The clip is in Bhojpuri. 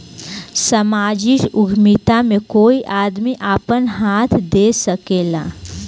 सामाजिक उद्यमिता में कोई आदमी आपन हाथ दे सकेला